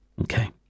Okay